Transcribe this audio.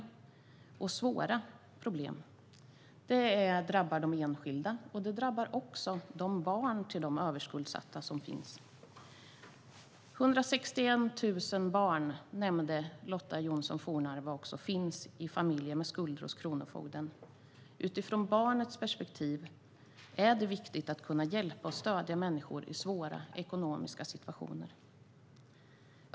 Det kan leda till svåra problem. Det drabbar de enskilda, och det drabbar också barn till överskuldsatta. Lotta Johnsson Fornarve nämnde att det finns 161 000 barn i familjer med skulder hos Kronofogden. Utifrån barnets perspektiv är det viktigt att kunna hjälpa och stödja människor i svåra ekonomiska situationer.